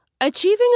Achieving